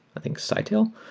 i thinks, sitel.